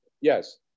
Yes